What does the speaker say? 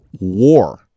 War